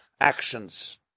actions